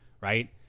right